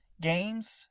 Games